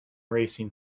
racing